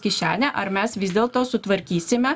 kišenę ar mes vis dėlto sutvarkysime